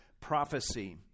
prophecy